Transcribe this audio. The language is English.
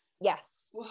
Yes